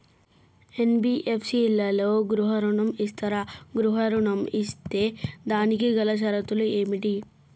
NBFC లలో గృహ ఋణం ఇస్తరా? గృహ ఋణం ఇస్తే దానికి గల షరతులు ఏమిటి?